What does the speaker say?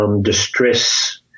distress